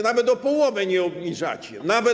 Nawet o połowę nie obniżacie.